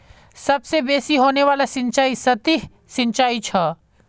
सबसे बेसि होने वाला सिंचाई सतही सिंचाई छ